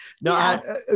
No